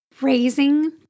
raising